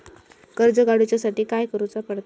कर्ज काडूच्या साठी काय करुचा पडता?